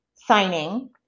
signing